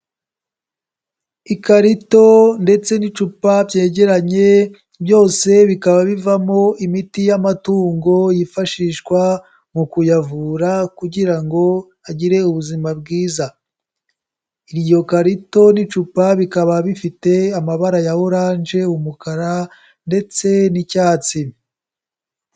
Ikarito ndetse n'icupa byegeranye, byose bikaba bivamo imiti y'amatungo yifashishwa mu kuyavura kugira ngo agire ubuzima bwiza. Iryo karito n'icupa, bikaba bifite amabara ya oranje, umukara ndetse n'icyatsi.